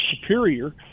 superior